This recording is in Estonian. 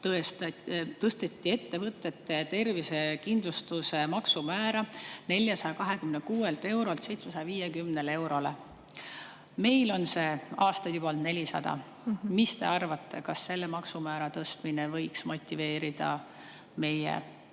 Lätis tõsteti ettevõtete tervisekindlustuse maksumäära 426 eurolt 750 eurole. Meil on see aastaid juba olnud 400. Mis te arvate, kas selle maksumäära tõstmine võiks motiveerida meie töötajaid